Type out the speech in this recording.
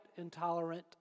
intolerant